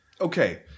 Okay